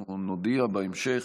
אנחנו נודיע בהמשך.